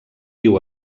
diu